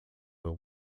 were